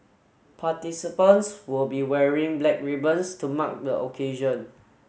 participants will be wearing black ribbons to mark the occasion